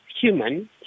Human